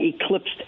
eclipsed